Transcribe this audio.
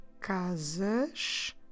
casas